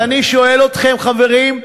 אז אני שואל אתכם, חברים,